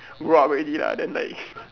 grow up already lah then like